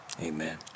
Amen